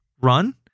Run